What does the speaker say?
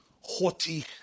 haughty